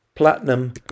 Platinum